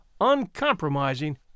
uncompromising